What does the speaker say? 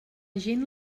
gent